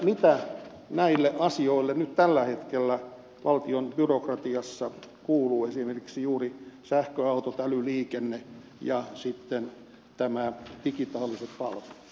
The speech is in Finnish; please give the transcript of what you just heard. mitä näille asioille tällä hetkellä valtion byrokratiassa kuuluu esimerkiksi juuri sähköautot älyliikenne ja sitten nämä digitaaliset palvelut nyt tällä hetkellä valtion byrokratiassa kuuluu